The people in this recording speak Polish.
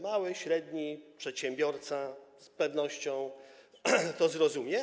Mały czy średni przedsiębiorca z pewnością to zrozumie.